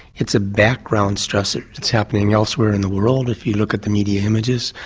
it's a background stressor it's happening elsewhere in the world, if you look at the media images,